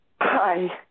Hi